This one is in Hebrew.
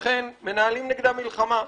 לכן, מנהלים נגדם מלחמה,